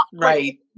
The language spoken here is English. Right